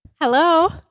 Hello